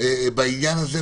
בעניין הזה.